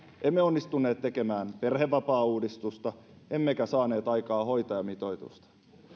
emme onnistuneet tekemään perhevapaauudistusta emmekä saaneet aikaan hoitajamitoitusta